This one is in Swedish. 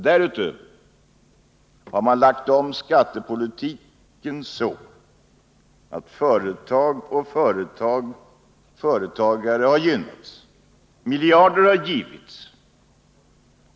Därutöver har man lagt om skattepolitiken så att företag och företagare har gynnats — miljarder har givits.